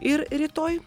ir rytoj